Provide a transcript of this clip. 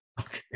Okay